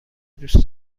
دوست